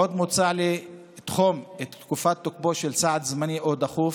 עוד מוצע לתחום את תקופת תוקפו של סעד זמני או דחוף,